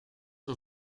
een